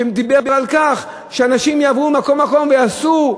שדיבר על כך שאנשים יעברו ממקום למקום ויעשו,